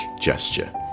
gesture